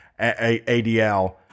ADL